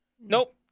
nope